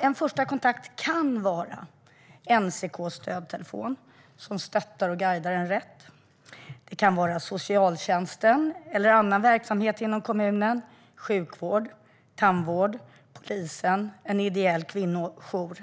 En första kontakt kan vara NCK:s stödtelefon, som stöttar och guidar personen rätt. Det kan också handla om socialtjänsten eller någon annan kommunal verksamhet, sjukvården, tandvården, polisen eller en ideell kvinnojour.